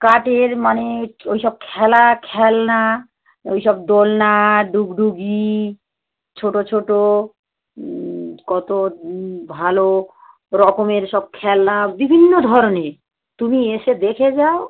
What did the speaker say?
কাঠের মানে ওই সব খেলা খেলনা ওই সব দোলনা ডুগডুগি ছোটো ছোটো কতো ভালো রকমের সব খেলা বিভিন্ন ধরনের তুমি এসে দেখে যাও